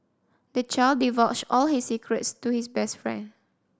the child divulged all his secrets to his best friend